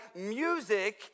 music